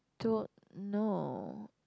don't know